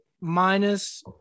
minus